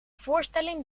voorstelling